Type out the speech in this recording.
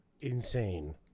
Insane